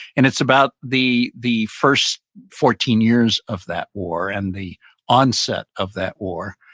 and it's about the the first fourteen years of that war and the onset of that war,